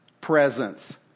presence